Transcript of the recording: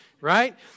right